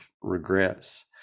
regrets